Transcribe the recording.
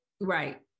Right